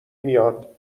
میاد